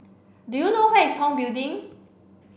do you know where is Tong Building